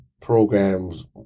programs